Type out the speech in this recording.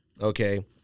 okay